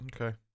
Okay